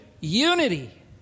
unity